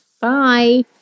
Bye